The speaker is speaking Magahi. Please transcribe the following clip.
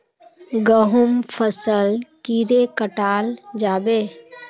गहुम फसल कीड़े कटाल जाबे?